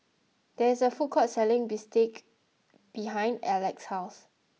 there is a food court selling Bistake behind Elex's house